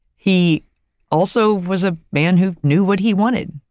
he also was a man who knew what he wanted.